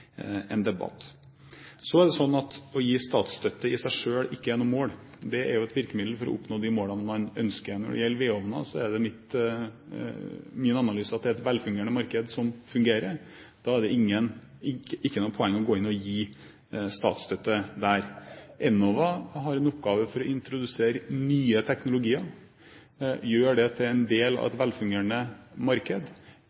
en debatt. Så er det slik at å gi statsstøtte i seg selv ikke er noe mål, det er et virkemiddel for å oppnå de målene man ønsker. Når det gjelder vedovner, er min analyse at det er et velfungerende marked. Da er det ikke noe poeng å gå inn og gi statsstøtte der. Enova har en oppgave med å introdusere nye teknologier og gjøre det til en del av